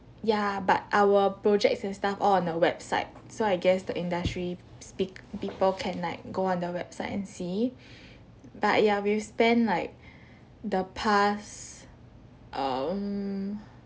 ya but our projects and stuff all on a website so I guess the industry speak people can like go on the website and see but ya we've spent like the past um